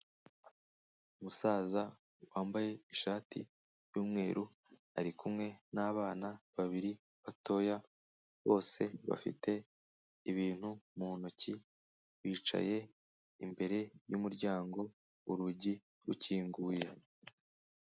Umusaza wambaye ishati y'umweru ari kumwe n'abana babiri batoya, bose bafite ibintu mu ntoki bicaye imbere y'umuryango urugi rukinguye.